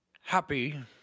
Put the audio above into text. happy